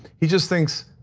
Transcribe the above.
he just thinks,